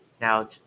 Now